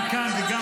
גם כאן וגם